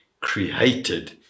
created